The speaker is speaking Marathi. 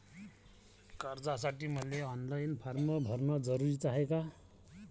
कर्जासाठी मले ऑनलाईन फारम भरन जरुरीच हाय का?